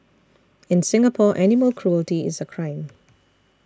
in Singapore animal cruelty is a crime